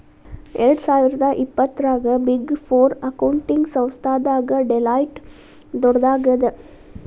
ಎರ್ಡ್ಸಾವಿರ್ದಾ ಇಪ್ಪತ್ತರಾಗ big four accounting ಸಂಸ್ಥಾದಾಗ ಡೆಲಾಯ್ಟ್ ದೊಡ್ಡದಾಗದ